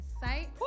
sight